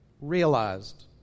realized